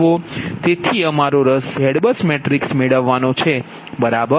તેથી અમારો રસ ZBUS મેટ્રિક્સ મેળવવાનો છે બરાબર